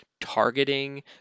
targeting